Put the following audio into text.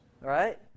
right